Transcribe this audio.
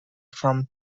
from